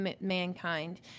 mankind